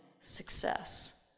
Success